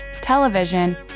television